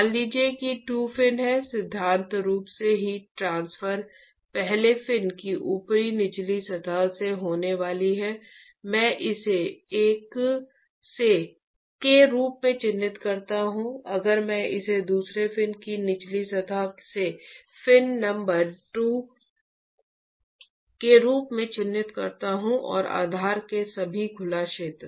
मान लीजिए कि 2 फिन हैं सिद्धांत रूप में हीट ट्रांसफर पहले फिन की ऊपरी निचली सतह से होने वाली है मैं इसे 1 के रूप में चिह्नित करता हूं अगर मैं इसे दूसरे फिन की ऊपरी निचली सतह से फिन नंबर 2 के रूप में चिह्नित करता हूं और आधार के सभी खुला क्षेत्र